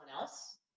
else